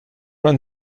run